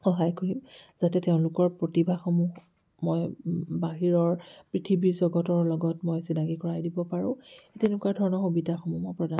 সহায় কৰিম যাতে তেওঁলোকৰ প্ৰতিভাসমূহ মই বাহিৰৰ পৃথিৱী জগতৰ লগত মই চিনাকী কৰাই দিব পাৰোঁ সেই তেনেকুৱা ধৰণৰ সুবিধাসমূহ মই প্ৰদান